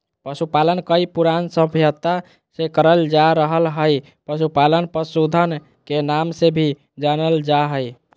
पशुपालन कई पुरान सभ्यता से करल जा रहल हई, पशुपालन पशुधन के नाम से भी जानल जा हई